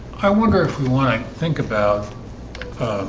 i wonder if we want to think about